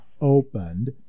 opened